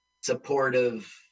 supportive